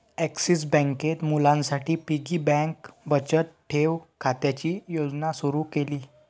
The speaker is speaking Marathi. ॲक्सिस बँकेत मुलांसाठी पिगी बँक बचत ठेव खात्याची योजना सुरू केली